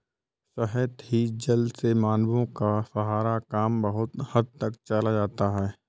सतही जल से मानवों का सारा काम बहुत हद तक चल जाता है